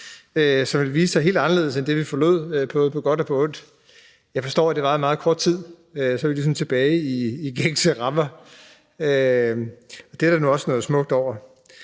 som ville vise sig at være helt anderledes end det, vi forlod, både på godt og ondt. Jeg forstår, at det varede meget kort tid, og så var vi ligesom tilbage i de gængse rammer. Det er der nu også noget smukt over.